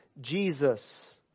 Jesus